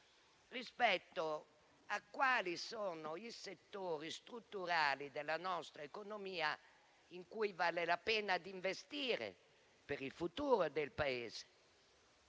rispetto a quali sono i settori strutturali della nostra economia, in cui vale la pena di investire per il futuro del Paese.